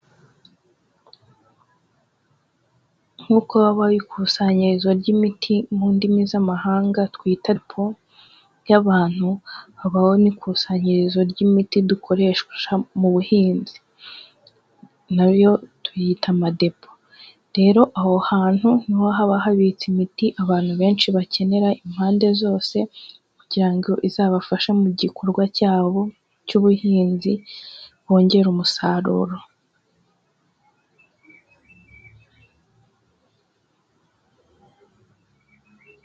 Nkuko habaho ikusanyirizo ry'imiti mu ndimi z'amahanga twita depo, y'abantu, habaho n'ikusanyirizo ry'imiti dukoresha mu buhinzi na yo tuyita amadepo, rero aho hantu ni ho haba habitse imiti, abantu benshi bakenera impande zose, kugira ngo izabafashe mu gikorwa cyabo cy'ubuhinzi, bongera umusaruro.